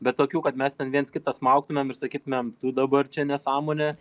bet tokių kad mes ten viens kitą smaugtumėm ir sakytumėm tu dabar čia nesąmonę